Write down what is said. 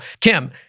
Kim